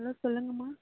hello சொல்லுங்கள்ம்மா